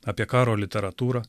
apie karo literatūrą